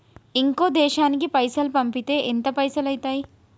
ఇంకో దేశానికి పైసల్ పంపితే ఎంత పైసలు అయితయి?